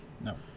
No